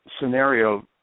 scenario